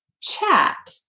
chat